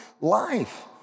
life